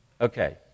Okay